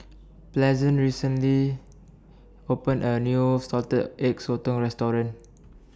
Pleasant recently opened A New Salted Egg Sotong Restaurant